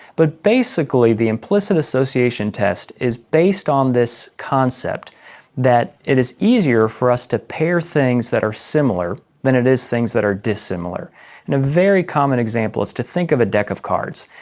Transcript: but basically the implicit association test is based on this concept that it is easier for us to pair things that are similar than it is things that are dissimilar. and a very common example is to think of a deck of cards.